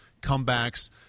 comebacks